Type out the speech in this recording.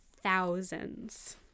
thousands